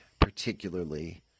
particularly